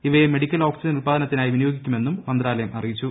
ഇവയെ medical oxygen ഉത്പാദനത്തിനായി വിനിയോഗിക്കുമെന്നും മന്ത്രാലയം അിരിയിച്ചു